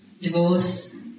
divorce